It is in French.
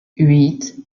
huit